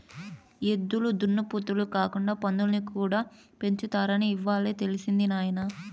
ఎద్దులు దున్నపోతులే కాకుండా పందుల్ని కూడా పెంచుతారని ఇవ్వాలే తెలిసినది నాయన